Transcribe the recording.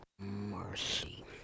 mercy